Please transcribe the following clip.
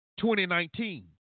2019